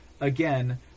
Again